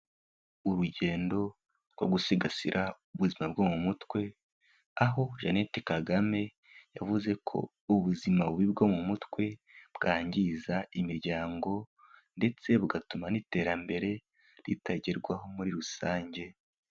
Urugendo rwo gusigasira ubuzima bwo mu mutwe, aho Jeannette Kagame yavuze ko ubuzima bubi bwo mu mutwe bwangiza imiryango ndetse bugatuma n'iterambere ritagerwaho muri rusange.